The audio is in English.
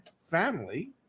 family